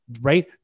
right